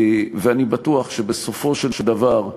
ואני בטוח שבסופו של דבר,